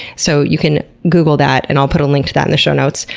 so you can google that and i'll put a link to that in the show notes.